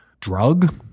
drug